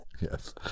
Yes